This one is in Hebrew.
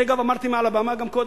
אני אגב אמרתי את זה מעל הבמה גם קודם.